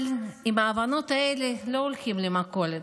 אבל עם ההבנות האלה לא הולכים למכולת,